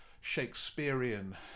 Shakespearean